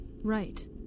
Right